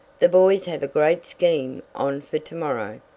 the boys have a great scheme on for to-morrow.